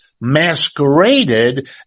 masqueraded